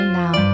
now